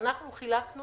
אנחנו חילקנו